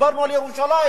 דיברנו על ירושלים.